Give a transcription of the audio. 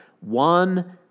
One